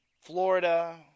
Florida